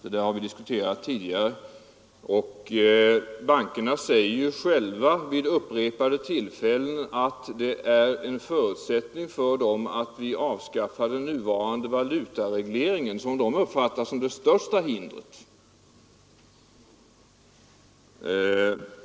Detta har vi diskuterat tidigare, men bankerna har själva vid upprepade tillfällen sagt att en förutsättning för att de skall kunna utnyttja stordriftsfördelarna på den internationella marknaden är att närmast avskaffa den nuvarande valutaregleringen, vilken de uppfattar såsom det största hindret.